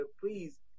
Please